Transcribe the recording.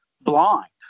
blind